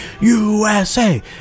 USA